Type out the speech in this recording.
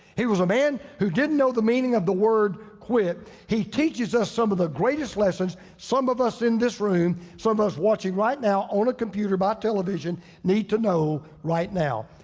he was a man who didn't know the meaning of the word quit. he teaches us some of the greatest lessons. some of us in this room, some of us watching right now on a computer, by television need to know right now.